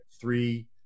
three